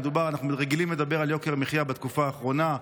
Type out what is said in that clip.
אנחנו רגילים לדבר על יוקר המחיה בתקופה האחרונה.